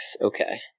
Okay